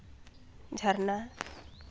ᱡᱷᱟᱨᱱᱟ